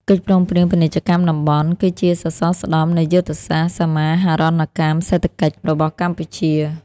កិច្ចព្រមព្រៀងពាណិជ្ជកម្មតំបន់ គឺជាសសរស្តម្ភនៃយុទ្ធសាស្ត្រសមាហរណកម្មសេដ្ឋកិច្ចរបស់កម្ពុជា។